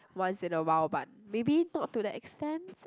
once in a while but maybe not to the extends